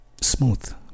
smooth